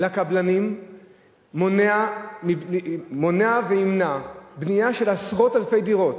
לקבלנים מונעת ותמנע בנייה של עשרות אלפי דירות,